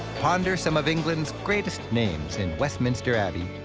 ponder some of england's greatest names in westminster abbey,